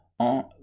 en